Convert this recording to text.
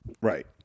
Right